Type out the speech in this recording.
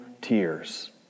tears